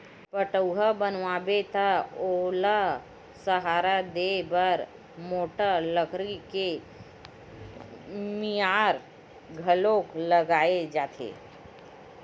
पठउहाँ बनाबे त ओला सहारा देय बर मोठ लकड़ी के मियार घलोक लगाए जाथे